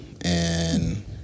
and-